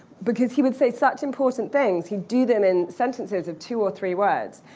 because he would say such important things, he'd do them in sentences of two or three words,